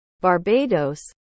Barbados